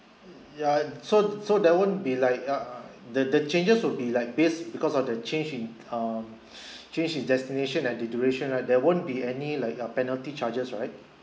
ya so so there won't be like uh uh the the changes will be like base because of the change in uh change in destination at the duration right there won't be any like uh penalty charges right